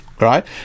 Right